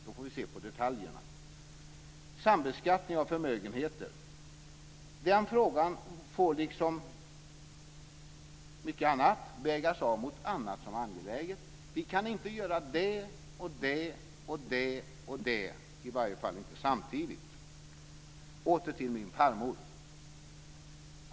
Då får vi se på detaljerna. Sedan till sambeskattning av förmögenheter. Den frågan får liksom mycket annat vägas av mot annat som är angeläget. Vi kan inte göra det och det och det, i varje fall inte samtidigt. Åter till min farmor.